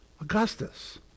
Augustus